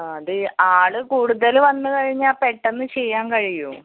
ആ ആത് ആൾ കൂടുതൽ വന്ന് കഴിഞ്ഞാൽ പെട്ടന്ന് ചെയ്യാൻ കയിയുമോ